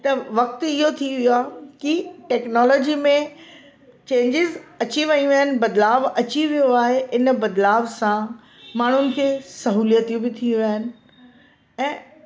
त वक़्तु इयो थी वियो आहे की टेक्नोलॉजी में चेंजिज़ अची वियूं आहिनि बदलाव अची वियो आहे इन बदलाव सां माण्हुनि खे सहुलियतूं बि थी वियूं आहिनि ऐं